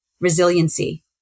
resiliency